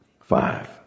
Five